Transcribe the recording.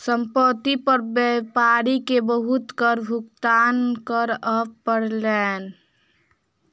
संपत्ति पर व्यापारी के बहुत कर भुगतान करअ पड़लैन